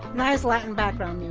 nice latin background